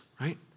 right